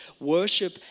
Worship